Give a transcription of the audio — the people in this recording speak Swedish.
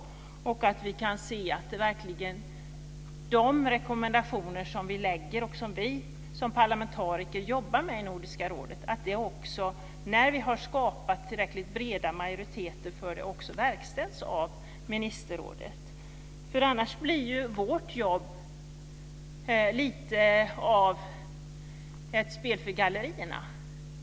Jag hoppas att vi kan se att de rekommendationer vi gör och som vi som parlamentariker jobbar med i Nordiska rådet och skapar tillräckligt breda majoriteter för också verkställs av ministerrådet. Annars blir ju vårt jobb lite av ett spel för gallerierna.